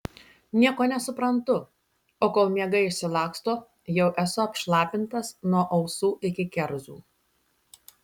nieko nesuprantu o kol miegai išsilaksto jau esu apšlapintas nuo ausų iki kerzų